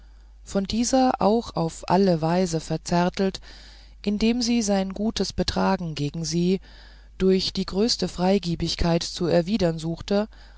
von dieser auch auf alle weise verzärtelt indem sie sein gutes betragen gegen sie durch die größte freigebigkeit zu erwidern suchte